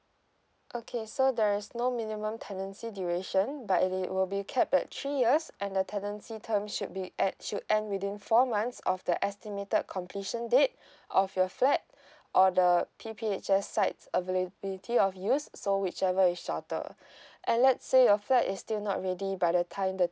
okay so there is no minimum tenancy duration but it will be kept at three years and the tenancy term should be at should end within four months of the estimated completion date of your flat or the P_P_H_S sites availability of used so whichever is shorter and let's say your flat is still not ready by the time the